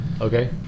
Okay